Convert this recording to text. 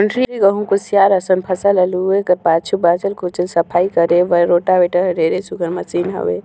जोंधरी, गहूँ, कुसियार असन फसल ल लूए कर पाछू बाँचल खुचल ल सफई करे बर रोटावेटर हर ढेरे सुग्घर मसीन हवे